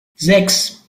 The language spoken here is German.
sechs